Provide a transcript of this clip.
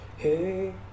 Hey